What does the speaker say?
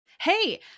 Hey